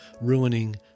ruining